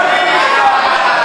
שונאי ישראל,